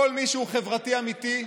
כל מי שהוא חברתי אמיתי,